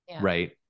right